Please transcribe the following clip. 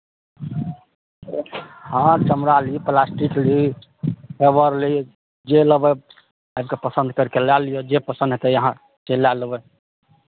हँ चमड़ा ली प्लास्टिक ली रबड़ ली जे लेबै आबि कऽ पसन्द करि कऽ लए लियौ जे पसन्द हेतै से अहाँकेँ लए लेबै